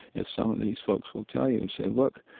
as some of these folks will tell you, say, look,